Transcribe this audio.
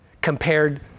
compared